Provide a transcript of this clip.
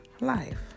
Life